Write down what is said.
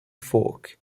fork